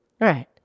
Right